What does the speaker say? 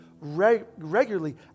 regularly